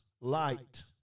light